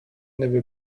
never